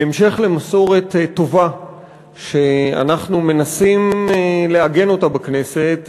בהמשך למסורת טובה שאנחנו מנסים לעגן בכנסת,